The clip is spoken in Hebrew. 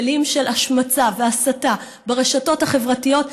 הכלים של השמצה והסתה ברשתות החברתיות,